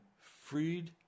freed